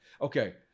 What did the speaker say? Okay